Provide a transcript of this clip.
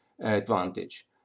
advantage